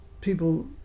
people